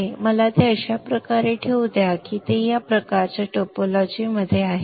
पुढे मला ते अशा प्रकारे ठेवू द्या की ते या प्रकारच्या टोपोलॉजी मध्ये आहे